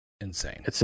insane